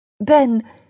Ben